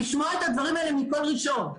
לשמוע את הדברים האלה מקול ראשון?